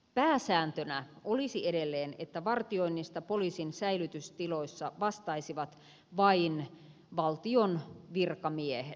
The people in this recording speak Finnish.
pääsääntönä olisi edelleen että vartioinnista poliisin säilytystiloissa vastaisivat vain valtion virkamiehet virkavastuulla